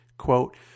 quote